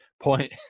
point